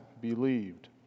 believed